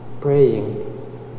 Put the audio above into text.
Praying